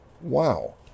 wow